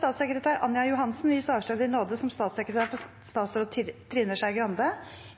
Statssekretær Anja Johansen gis avskjed i nåde som statssekretær for statsråd Trine Skei Grande